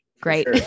Great